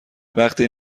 وقتی